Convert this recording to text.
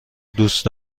دوست